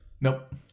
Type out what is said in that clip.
Nope